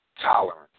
Tolerance